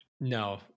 No